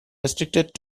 restricted